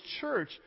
church